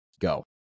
go